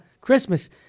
Christmas